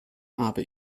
habe